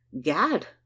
Gad